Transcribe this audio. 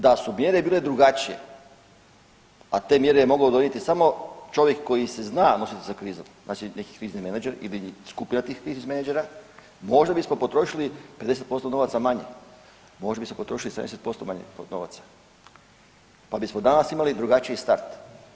Da su mjere bile drugačije, a te mjere je mogao donijeti samo čovjek koji se zna nositi sa krizom, znači neki krizni menadžer ili skupina tih menadžera možda bismo potrošili 50% novaca manje, možda bi se potrošilo 70% manje novaca, pa bismo danas imali drugačiji start.